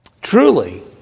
truly